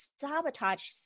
sabotage